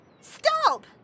Stop